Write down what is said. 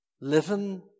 living